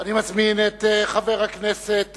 אני מזמין את חבר הכנסת